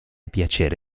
piacere